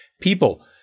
people